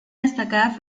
destacada